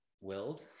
willed